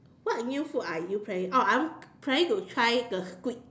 what new food are you planning oh I am planning to try the squid